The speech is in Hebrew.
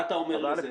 מה אתה אומר לזה?